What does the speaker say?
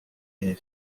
les